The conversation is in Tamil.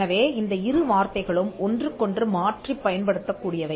எனவே இந்த இரு வார்த்தைகளும் ஒன்றுக்கொன்று மாற்றிப் பயன்படுத்தக் கூடியவை